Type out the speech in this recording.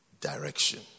direction